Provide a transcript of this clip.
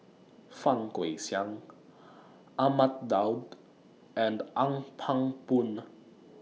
Fang Guixiang Ahmad Daud and Ong Pang Boon